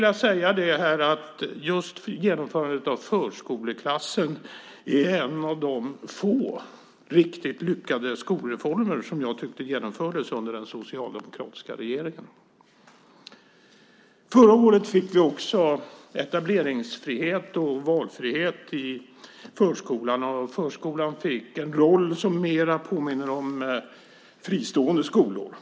Jag tycker att genomförandet av förskoleklassen är en av de få riktigt lyckade skolreformer som genomfördes under den socialdemokratiska regeringen. Förra året fick vi också etableringsfrihet och valfrihet i förskolan. Förskolan fick en roll som mer påminner om fristående skolor.